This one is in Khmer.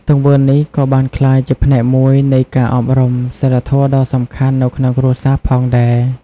ទង្វើនេះក៏បានក្លាយជាផ្នែកមួយនៃការអប់រំសីលធម៌ដ៏សំខាន់នៅក្នុងគ្រួសារផងដែរ។